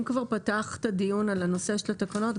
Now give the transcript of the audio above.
אם פתחת דיון על נושא התקנות,